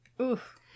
Oof